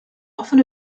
often